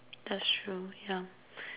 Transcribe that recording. that's true ya